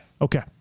Okay